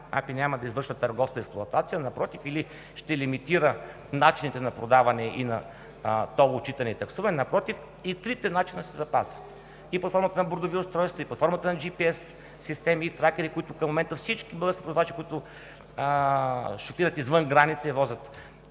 АПИ няма да извършва търговска експлоатация, или ще лимитира начините на продаване и на тол отчитане и таксуване. Напротив, и трите начина се запазват: и под формата на бордови устройства, и под формата на GPS системи и тракери, които към момента всички български превозвачи, които шофират извън граница и возят